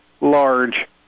large